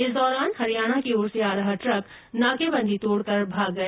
इस दौरान हरियाणा की और से आ रहा द्रक नाकेबंदी तोड़कर भाग गया